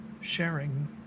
sharing